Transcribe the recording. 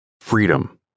freedom